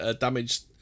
damaged